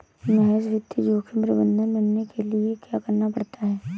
महेश वित्त जोखिम प्रबंधक बनने के लिए क्या करना पड़ता है?